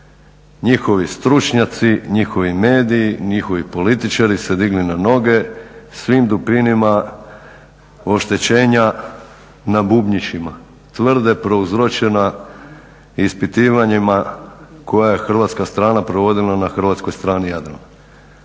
njihovi stručnjaci, njihovi mediji, njihovi političari se digli na noge, svim dupinima oštećenja na bubnjićima, tvrde prouzročena ispitivanjima koje je hrvatska strana provodila na hrvatskoj strani Jadrana.